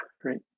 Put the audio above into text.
Great